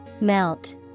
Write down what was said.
Melt